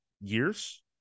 years